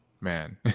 Man